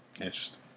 Interesting